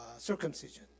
circumcision